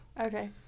Okay